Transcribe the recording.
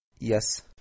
Yes